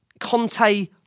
Conte